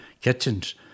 kitchens